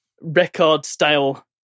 record-style